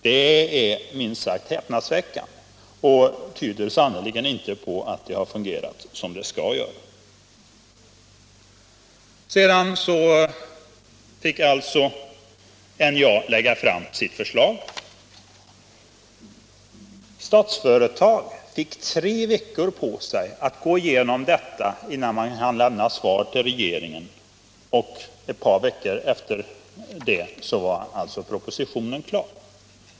Detta är minst sagt häpnadsväckande och tyder sannerligen inte på att det har fungerat som det skall. Sedan fick alltså NJA lägga fram sitt förslag. Statsföretag fick tre veckor på sig att gå igenom detta, innan svar skulle lämnas till regeringen. Ett par veckor därefter var alltså propositionen klar.